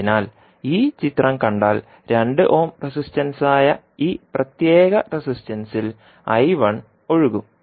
അതിനാൽ ഈ ചിത്രം കണ്ടാൽ 2 ഓം റെസിസ്റ്റൻസായ ഈ പ്രത്യേക റെസിസ്റ്റൻസിൽ ഒഴുകും